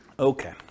Okay